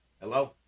Hello